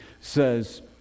says